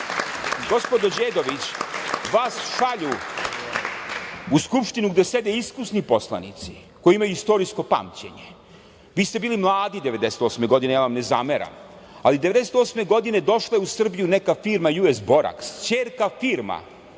Đedović, vas šalju u Skupštinu gde sede iskusni poslanici, koji imaju istorijsko pamćenje, vi ste bili mladi 1998. godine, ja vam ne zameram, ali 1998. godine došla je u Srbiju neka firma „Ju Es Borak“, ćerka firma